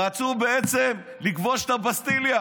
רצו בעצם לכבוש את הבסטיליה